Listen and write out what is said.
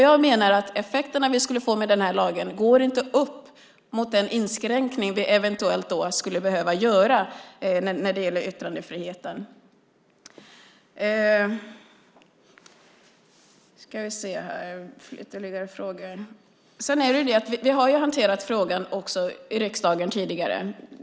Jag menar att de effekter vi skulle få av den här lagen inte går upp emot den inskränkning vi eventuellt då skulle behöva göra när det gäller yttrandefriheten. Vi har hanterat frågan i riksdagen tidigare.